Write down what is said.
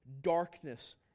darkness